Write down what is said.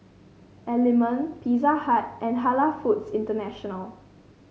Element Pizza Hut and Halal Foods International